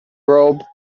robe